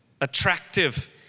attractive